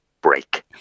break